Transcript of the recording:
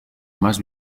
más